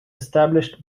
established